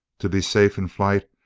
to be safe in flight,